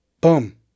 Boom